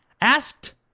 asked